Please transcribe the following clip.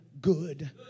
good